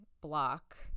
block